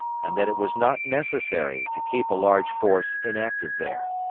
and that it was not necessary to keep a large force inactive there,